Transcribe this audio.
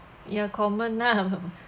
ya common now